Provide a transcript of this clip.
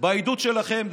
בעדות שלכם,